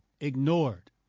ignored